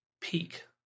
peak